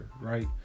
right